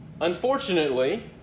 unfortunately